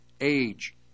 age